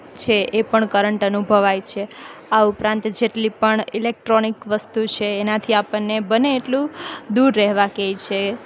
છે એ પણ કરંટ અનુભવાય છે આ ઉપરાંત જેટલી પણ ઇલેક્ટ્રોનિક વસ્તુ છે એનાંથી આપણને બને એટલું દૂર રહેવાં કહે છે